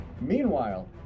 Meanwhile